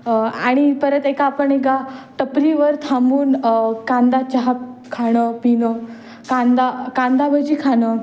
आणि परत एका आपण एका टपरीवर थांबून कांदा चहा खाणं पिणं कांदा कांदा भजी खाणं